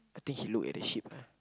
I think he look at the sheep